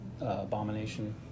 Abomination